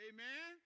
Amen